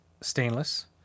stainless